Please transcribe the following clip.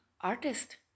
artist